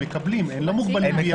הם לא מוגבלים.